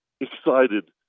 excited